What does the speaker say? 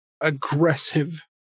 aggressive